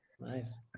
Nice